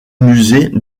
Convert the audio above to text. musée